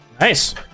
Nice